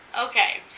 Okay